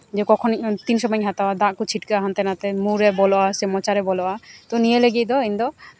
ᱠᱚᱠᱷᱚᱱ ᱦᱩᱭᱩᱜ ᱠᱟᱱ ᱛᱤᱱ ᱥᱚᱢᱚᱭᱤᱧ ᱦᱟᱛᱟᱣᱟ ᱫᱟᱜ ᱠᱚ ᱪᱷᱤᱴᱠᱟᱹᱜᱼᱟ ᱦᱟᱱᱛᱮ ᱱᱟᱛᱮ ᱢᱩᱨᱮ ᱵᱚᱞᱚᱜᱼᱟ ᱥᱮ ᱢᱚᱪᱟᱨᱮ ᱵᱚᱞᱚᱜᱼᱟ ᱛᱳ ᱱᱤᱭᱟ ᱞᱟᱹᱜᱤᱫ ᱫᱚ ᱤᱧᱫᱚ